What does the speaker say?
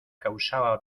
causaba